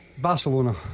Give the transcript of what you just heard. Barcelona